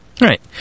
Right